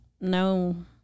no